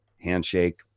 handshake